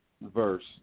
verse